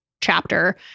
chapter